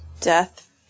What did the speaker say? death